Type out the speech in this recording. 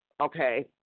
Okay